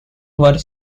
were